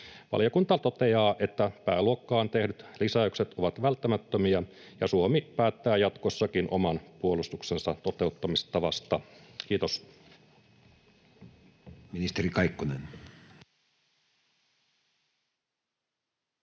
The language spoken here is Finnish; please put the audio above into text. Valiokunta toteaa, että pääluokkaan tehdyt lisäykset ovat välttämättömiä ja Suomi päättää jatkossakin oman puolustuksensa toteuttamistavasta. — Kiitos.